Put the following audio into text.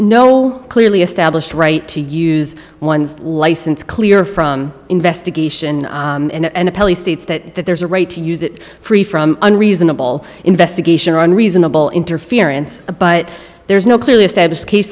no clearly established right to use one's license clear from investigation and the police states that that there is a right to use it free from unreasonable investigation or on reasonable interference but there is no clearly established case